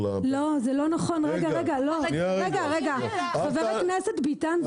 זה לא נכון, חבר הכנסת ביטן.